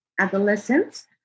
adolescents